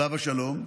עליו השלום,